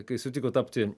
kai sutiko tapti